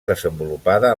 desenvolupada